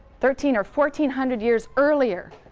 thirteen or fourteen hundred years earlier,